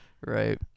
right